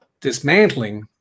dismantling